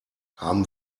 haben